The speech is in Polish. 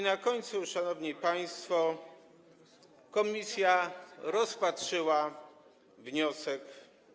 Na końcu, szanowni państwo, komisja rozpatrzyła wniosek.